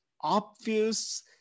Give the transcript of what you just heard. obvious